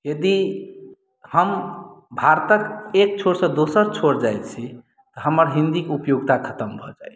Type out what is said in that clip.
यदि हम भारतक एक छोर से दोसर छोर जाइ छी हमर हिन्दी के उपयोगिता खतम भऽ जाइया